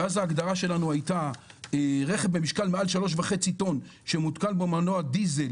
ואז ההגדרה שלנו הייתה רכב במשקל מעל 3.5 טון שמותקן בו מנוע דיזל